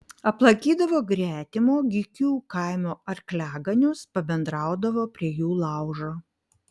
aplankydavo gretimo gykių kaimo arkliaganius pabendraudavo prie jų laužo